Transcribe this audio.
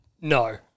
no